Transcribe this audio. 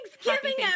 Thanksgiving